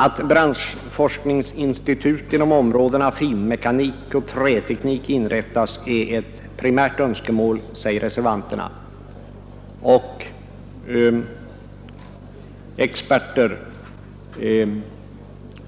Att branschforskningsinstitut inom områdena finmekanik och träteknik inrättas är ett primärt önskemål, säger reservanterna. Experter